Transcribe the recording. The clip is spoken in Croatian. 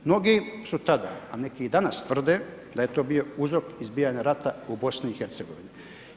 Mnogi su tada a neki i danas tvrde da je to bio uzrok izbijanja rata u BiH-u.